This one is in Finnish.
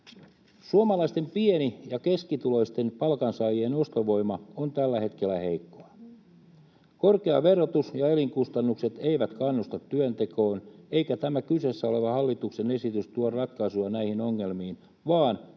Suomalaisten pieni- ja keskituloisten palkansaajien ostovoima on tällä hetkellä heikkoa. Korkea verotus ja elinkustannukset eivät kannusta työntekoon, eikä tämä kyseessä oleva hallituksen esitys tuo ratkaisuja näihin ongelmiin, vaan työttömien